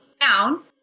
down